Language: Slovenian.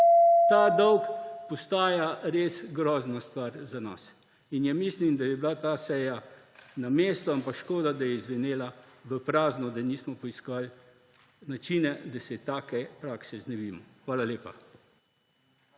Ta dolg postaja res grozna stvar za nas in mislim, da je bila ta seja na mestu, ampak škoda, da je izzvenela v prazno, da nismo poiskali načine, da se take prakse znebimo. Hvala lepa.